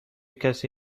کسی